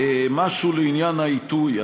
משהו בעניין העיתוי.